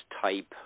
type